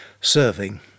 serving